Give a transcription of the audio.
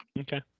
Okay